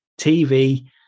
TV